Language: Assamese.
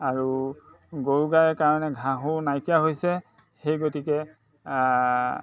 আৰু গৰু গাই কাৰণে ঘাঁহো নাইকিয়া হৈছে সেই গতিকে